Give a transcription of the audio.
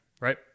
Right